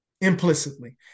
implicitly